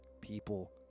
people